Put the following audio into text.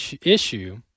issue